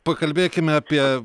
pakalbėkim apie